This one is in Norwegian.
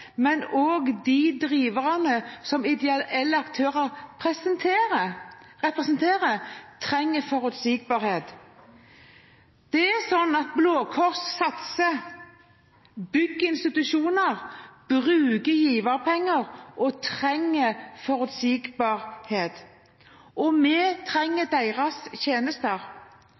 men også de driverne som ideelle aktører representerer, trenger forutsigbarhet. Det er sånn at Blå Kors satser, bygger institusjoner, bruker giverpenger og trenger forutsigbarhet. Og vi trenger deres tjenester.